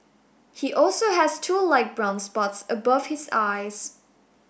he also has two light brown spots above his eyes